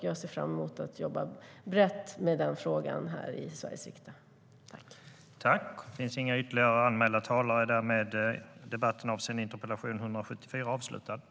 Jag ser fram emot att jobba brett med den frågan här i Sveriges riksdag.